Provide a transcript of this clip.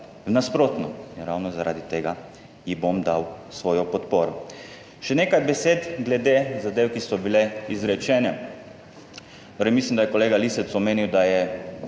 v nasprotno in ravno zaradi tega ji bom dal svojo podporo. Še nekaj besed glede zadev, ki so bile izrečene. Torej, mislim, da je kolega Lisec omenil, da je